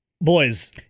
boys